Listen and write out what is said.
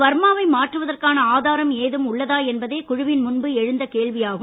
வர்மாவை மாற்றுவதற்கான ஆதாரம் ஏதும் உள்ளதா என்பதே குழுவின் முன்பு எழுந்த கேள்வியாகும்